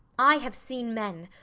i have seen men,